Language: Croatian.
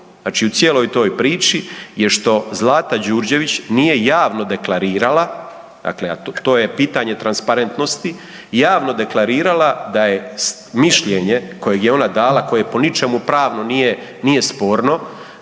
znači u cijeloj toj priči je što Zlata Đurđević nije javno deklarirala, dakle to je pitanje transparentnosti, javno deklarirala da je mišljenje koje je ona dala, koje po ničemu pravno nije sporno,